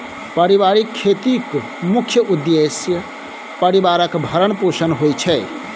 परिबारिक खेतीक मुख्य उद्देश्य परिबारक भरण पोषण होइ छै